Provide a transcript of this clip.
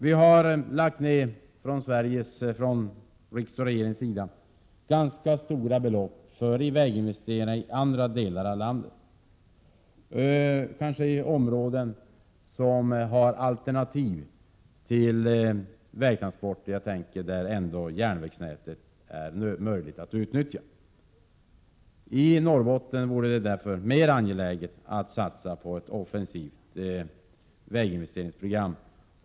Riksdag och regering har lagt ned ganska stora belopp för väginvesteringar i andra delar av landet, även i områden som har alternativ till vägtransporter — jag tänker på ställen där järnvägsnätet kan utnyttjas. I Norrbotten vore det mer angeläget att satsa på ett offensivt väginvesteringsprogram.